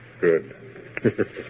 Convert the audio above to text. Good